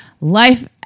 life